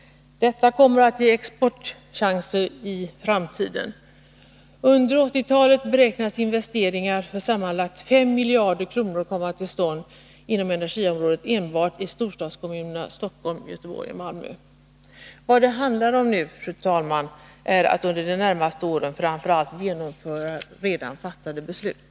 Detta kommer att ge exportchanser i framtiden. Under 1980-talet beräknas investeringar för sammanlagt 5 miljarder kronor komma till stånd inom energiområdet enbart i storstadskommunerna Stockholm, Göteborg och Malmö. Vad det nu handlar om, fru talman, är att under de närmaste åren framför allt genomföra redan fattade beslut.